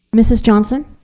mrs. johnson.